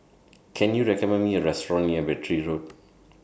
Can YOU recommend Me A Restaurant near Battery Road